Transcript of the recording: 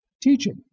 teaching